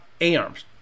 A-arms